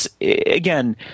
again